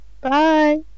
Bye